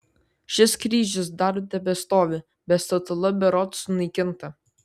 šis kryžius dar tebestovi bet statula berods sunaikinta